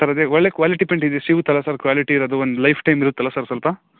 sir ಅದೇ ಒಳ್ಳೆಯ quality paint ಇದು ಸಿಗುತ್ತಲ್ವ ಸರ್ ಕ್ವಾಲಿಟಿ ಇರೋದು ಒಂದು ಲೈಫ್ಟೈಮ್ ಇರುತ್ತಲ್ವ ಸರ್ ಸ್ವಲ್ಪ